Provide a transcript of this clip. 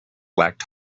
lacked